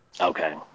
Okay